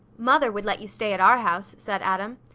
mother would let you stay at our house, said adam.